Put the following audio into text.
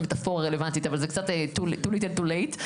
מטפורה רלוונטית אבל זה קצת Too little too late.